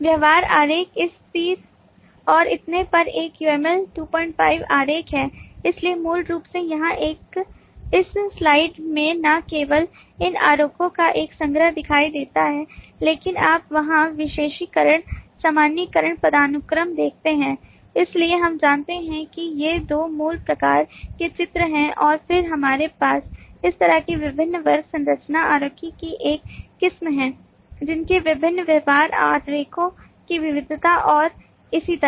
व्यवहार आरेख इस तीर और इतने पर एक UML 25 आरेख है इसलिए मूल रूप से यहां इस स्लाइड में न केवल इन आरेखों का एक संग्रह दिखाई देता है लेकिन आप वहां विशेषीकरण सामान्यीकरण पदानुक्रम देखते हैं इसलिए हम जानते हैं कि ये दो मूल प्रकार के चित्र हैं और फिर हमारे पास इस तरह के विभिन्न वर्ग संरचना आरेखों की एक किस्म है उनके विभिन्न व्यवहार आरेखों की विविधता और इसी तरह